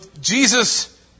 Jesus